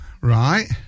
Right